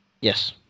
Yes